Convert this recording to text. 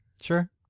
Sure